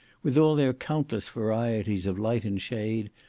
with all their countless varieties of light and shade,